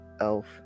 elf